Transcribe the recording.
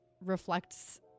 reflects